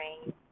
rain